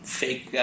fake